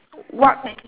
what